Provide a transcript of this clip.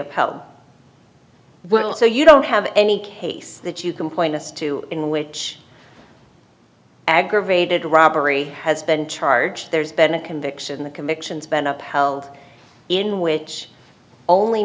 upheld well so you don't have any case that you can point us to in which aggravated robbery has been charged there's been a conviction the convictions been upheld in which only